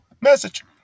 Message